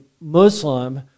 Muslim